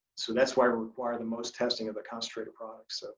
so that's why we're require the most testing of the concentrate products.